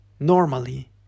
normally